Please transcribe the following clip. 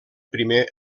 primer